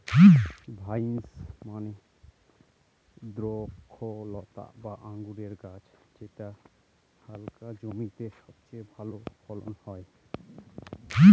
vines মানে দ্রক্ষলতা বা আঙুরের গাছ যেটা হালকা জমিতে সবচেয়ে ভালো ফলন হয়